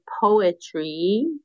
poetry